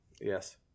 Yes